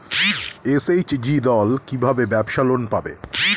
SHG দল কী ভাবে ব্যাবসা লোন পাবে?